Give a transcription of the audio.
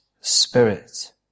spirit